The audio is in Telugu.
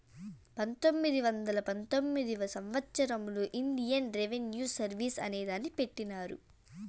పంతొమ్మిది వందల పంతొమ్మిదివ సంవచ్చరంలో ఇండియన్ రెవిన్యూ సర్వీస్ అనే దాన్ని పెట్టినారు